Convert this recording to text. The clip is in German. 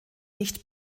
nicht